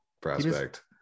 prospect